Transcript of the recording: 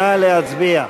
נא להצביע.